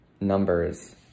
numbers